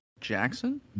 Jackson